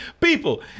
people